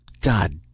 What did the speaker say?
God